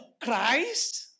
christ